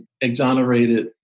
exonerated